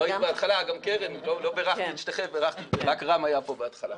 לא בירכתי את שתיכן כי רק רם היה כאן בהתחלה.